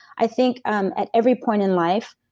i think um at every point in life,